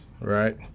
right